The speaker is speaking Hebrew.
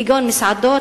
כגון מסעדות,